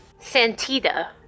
santita